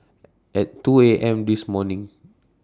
At two A M This morning